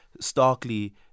starkly